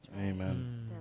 amen